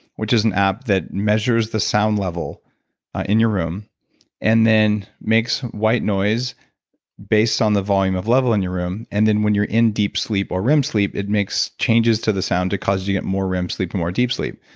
which is an app that measures the sound level in your room and then makes white noise based on the volume of level in your room, and then when you're in deep sleep or rem sleep, it makes changes to the sound to cause to you get more rem sleep and more deep sleep.